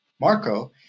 Marco